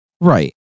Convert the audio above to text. Right